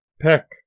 peck